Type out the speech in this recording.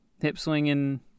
Hip-swinging